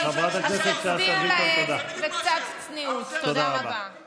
אז מותר להם לעשות מה שהם רוצים?